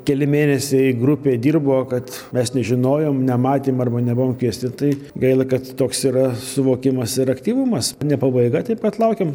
keli mėnesiai grupė dirbo kad mes nežinojom nematėm arba nebuvom kviesti tai gaila kad toks yra suvokimas ir aktyvumas ne pabaiga taip kad laukiam